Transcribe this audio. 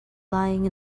lying